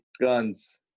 guns